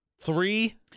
Three